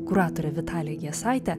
kuratore vitalija jasaite